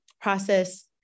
process